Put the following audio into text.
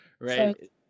Right